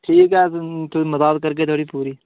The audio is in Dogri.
ठीक ऐ भी मदाद करगे थुआढ़ी पूरी